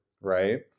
Right